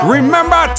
Remember